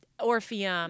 Orpheum